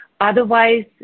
Otherwise